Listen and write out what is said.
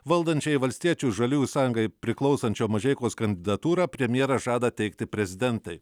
valdančiajai valstiečių ir žaliųjų sąjungai priklausančio mažeikos kandidatūrą premjeras žada teikti prezidentei